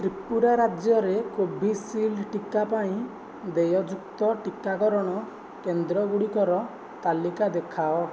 ତ୍ରିପୁରା ରାଜ୍ୟରେ କୋଭିଶିଲ୍ଡ୍ ଟିକା ପାଇଁ ଦେୟଯୁକ୍ତ ଟିକାକରଣ କେନ୍ଦ୍ରଗୁଡ଼ିକର ତାଲିକା ଦେଖାଅ